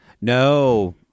No